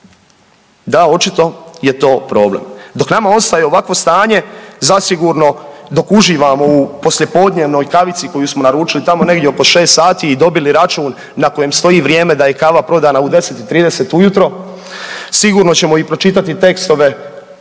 Da očito je to problem. Dok nama ostaje ovakvo stanje zasigurno dok uživamo u poslijepodnevnoj kavici koju smo naručili tamo negdje oko 6 sati i dobili račun na kojem stoji vrijeme da je kava prodana u 10 i 30 ujutro sigurno ćemo i pročitati tekstove